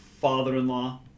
father-in-law